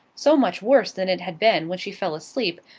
so much worse than it had been when she fell asleep,